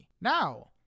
Now